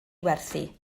werthu